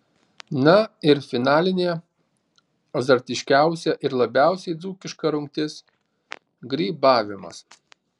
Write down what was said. na ir finalinė azartiškiausia ir labiausiai dzūkiška rungtis grybavimas